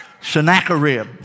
Sennacherib